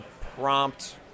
prompt